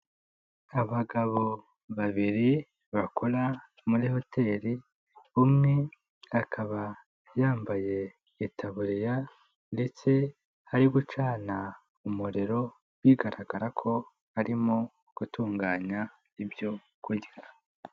Abagabo babiri bakora muri hoteri, umwe akaba yambaye itaburiya ndetse ari gucana umuriro, bigaragara ko arimo gutunganya ibyo kurya.